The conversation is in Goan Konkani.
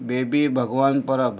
बेबी भगवान परब